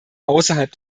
außerhalb